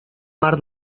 mar